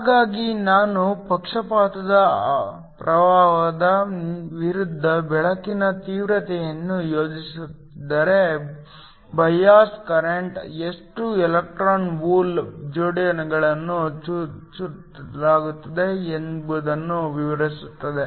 ಹಾಗಾಗಿ ನಾನು ಪಕ್ಷಪಾತದ ಪ್ರವಾಹದ ವಿರುದ್ಧ ಬೆಳಕಿನ ತೀವ್ರತೆಯನ್ನು ಯೋಜಿಸುತ್ತಿದ್ದರೆ ಬಯಾಸ್ ಕರೆಂಟ್ ಎಷ್ಟು ಎಲೆಕ್ಟ್ರಾನ್ ಹೋಲ್ ಜೋಡಿಗಳನ್ನು ಚುಚ್ಚಲಾಗುತ್ತದೆ ಎಂಬುದನ್ನು ವಿವರಿಸುತ್ತದೆ